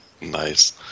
Nice